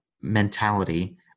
mentality